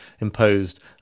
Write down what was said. imposed